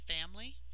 family